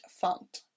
font